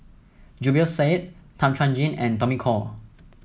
Zubir Said Tan Chuan Jin and Tommy Koh